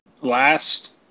last